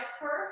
first